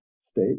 state